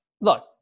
look